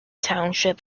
township